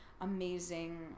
amazing